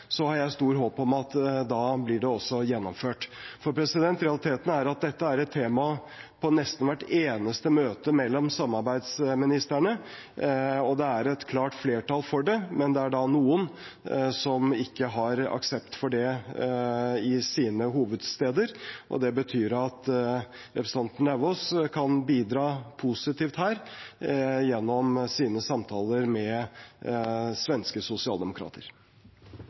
har jeg et stort håp om at det vil bli gjennomført. Realiteten er at dette er et tema på nesten hvert eneste møte mellom samarbeidsministrene, og det er et klart flertall for det. Men det er noen som ikke har aksept for det i sin hovedstad, og det betyr at representanten Lauvås kan bidra positivt her gjennom sine samtaler med svenske sosialdemokrater.